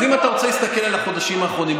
אז אם אתה רוצה להסתכל על החודשים האחרונים,